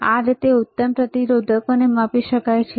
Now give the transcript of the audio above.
તેથી આ રીતે ઉત્તમ પ્રતિરોધકોને માપી શકાય છે